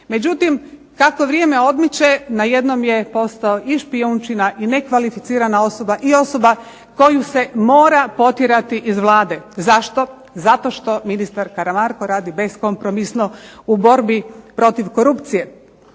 Međutim, kako vrijeme odmiče najednom je postao i špijunčina i nekvalificirana osoba i osoba koju se mora potjerati iz Vlade. Zašto, zato što ministar Karamarko radi beskompromisno u borbi protiv korupcije.